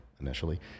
initially